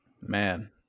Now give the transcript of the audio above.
man